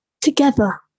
together